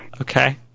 Okay